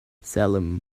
salim